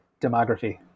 demography